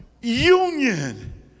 union